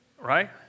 Right